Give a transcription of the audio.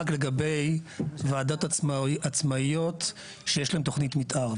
רק לגבי וועדות עצמאיות, שיש להן תוכנית מתאר.